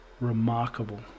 remarkable